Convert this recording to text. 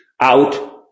out